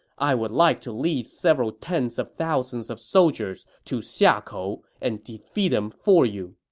i would like to lead several tens of thousands of soldiers to xiakou and defeat him for you!